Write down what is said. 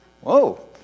Whoa